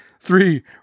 three